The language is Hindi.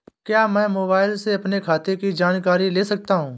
क्या मैं मोबाइल से अपने खाते की जानकारी ले सकता हूँ?